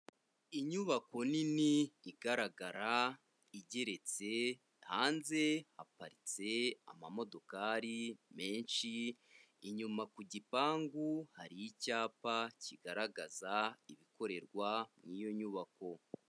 Inyubako nini igaragara igeretse hanze haparitse amamodokakari menshi, inyuma ku gipangu hari icyapa kigaragaza ibikorerwa muri iyo nyubako.